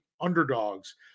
underdogs